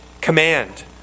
command